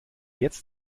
jetzt